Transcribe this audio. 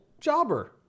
jobber